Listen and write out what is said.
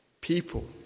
people